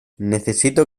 necesito